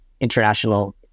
international